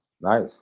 Nice